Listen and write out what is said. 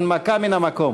הנמקה מן המקום.